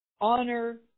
honor